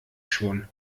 schon